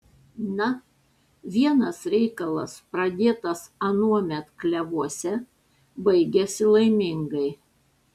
na vienas reikalas pradėtas anuomet klevuose baigiasi laimingai